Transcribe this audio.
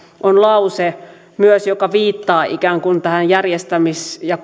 on lause joka myös viittaa ikään kuin tämän järjestämis ja